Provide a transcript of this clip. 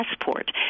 Passport